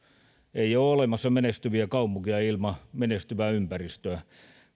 ei ole olemassa menestyviä kaupunkeja ilman menestyvää ympäristöä